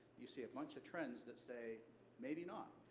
you see a bunch of trends that say maybe not.